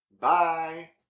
Bye